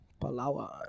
Palawan